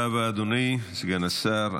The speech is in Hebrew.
תודה רבה, אדוני סגן השר.